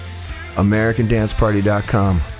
AmericanDanceParty.com